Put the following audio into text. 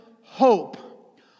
hope